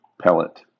pellet